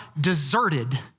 deserted